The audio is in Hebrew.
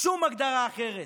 שום הגדרה אחרת.